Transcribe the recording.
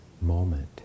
moment